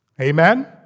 Amen